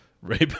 Rape